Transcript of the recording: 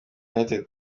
united